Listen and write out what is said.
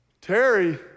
Terry